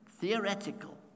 theoretical